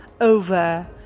over